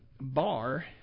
bar